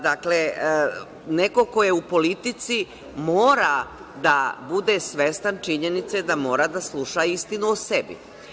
Dakle, neko ko je u politici mora da bude svestan činjenice da mora da sluša istinu o sebi.